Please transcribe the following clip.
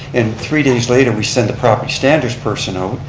and three days later we send the property standards person out.